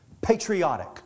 patriotic